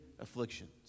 afflictions